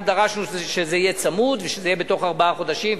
אנחנו דרשנו שזה יהיה צמוד, ובתוך ארבעה חודשים,